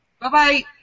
Bye-bye